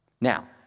Now